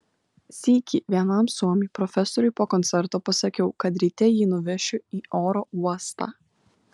sykį vienam suomiui profesoriui po koncerto pasakiau kad ryte jį nuvešiu į oro uostą